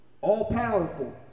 all-powerful